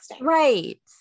right